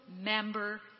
member